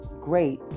great